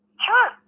Sure